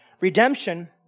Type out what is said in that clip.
Redemption